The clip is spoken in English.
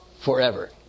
Forever